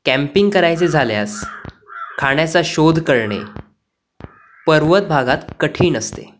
camping करायचे झाल्यास खाण्याचा शोध करणे पर्वत भागात कठीण असते